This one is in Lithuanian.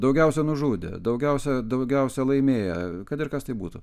daugiausiai nužudė daugiausiai daugiausiai laimėjo kad ir kas tai būtų